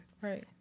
Right